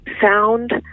sound